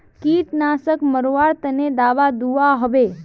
कीटनाशक मरवार तने दाबा दुआहोबे?